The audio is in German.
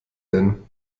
denn